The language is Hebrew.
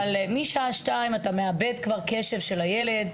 אבל משעה 14:00 אתה מאבד כבר קשב של הילד.